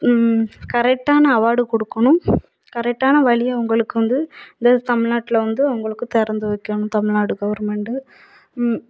கரெக்ட்டானா award கொடுக்கணும் கரெக்ட்டானா வழியை அவங்களுக்கு வந்து இந்த தமிழ்நாட்டுல வந்து உங்களுக்கு திறந்து வைக்கணும் தமிழ்நாடு கவர்மெண்டு